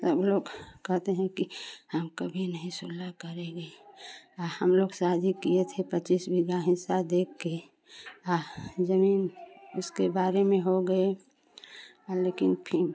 सब लोग कहते हैं कि हम कभी नहीं सुलह करेंगे आ हम लोग शादी किए थे पचीस बिगहा हिस्सा देख कर आ जमीन इसके बारे में हो गए आ लेकिन फिर